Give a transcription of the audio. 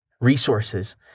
resources